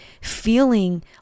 feeling